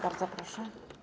Bardzo proszę.